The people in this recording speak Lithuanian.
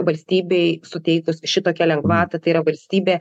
valstybei suteikus šitokią lengvatą tai yra valstybė